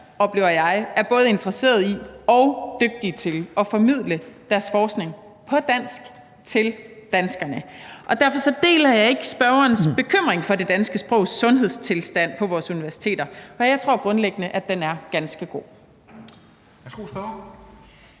oplever jeg, er både interesserede i og dygtige til at formidle deres forskning på dansk til danskerne. Derfor deler jeg ikke spørgerens bekymring for det danske sprogs sundhedstilstand på vores universiteter, for jeg tror grundlæggende, at den er ganske god.